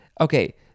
okay